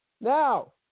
Now